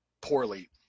poorly